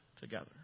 together